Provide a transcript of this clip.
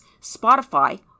Spotify